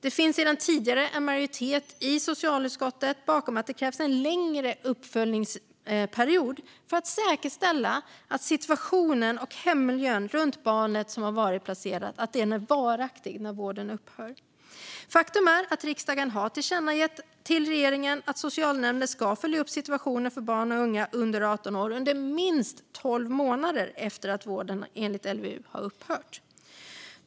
Det finns sedan tidigare en majoritet i socialutskottet bakom att det krävs en längre uppföljningsperiod för att säkerställa att situationen och hemmiljön runt barnet som har varit placerat är varaktigt trygga. Faktum är att riksdagen har tillkännagett till regeringen att socialnämnden ska följa upp situationen för barn och unga under 18 år under minst tolv månader efter att vård enligt LVU har upphört.